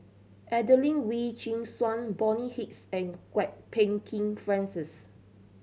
Adelene Wee Chin Suan Bonny Hicks and Kwok Peng Kin Francis